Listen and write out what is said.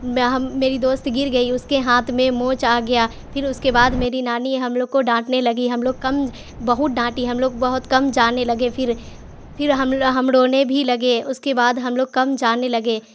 میں ہم میری دوست گر گئی اس کے ہاتھ میں موچ آ گیا پھر اس کے بعد میری نانی ہم لوگ کو ڈاٹنے لگی ہم لوگ کم بہت ڈانٹی ہم لوگ بہت کم جانے لگے پھر پھر ہم ہم رونے بھی لگے اس کے بعد ہم لوگ کم جانے لگے